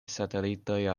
satelito